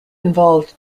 involved